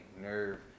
nerve